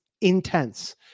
intense